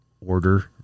Order